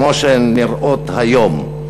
כמו שהן נראות היום.